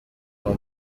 uwo